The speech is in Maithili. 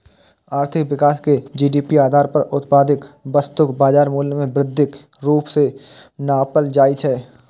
आर्थिक विकास कें जी.डी.पी आधार पर उत्पादित वस्तुक बाजार मूल्य मे वृद्धिक रूप मे नापल जाइ छै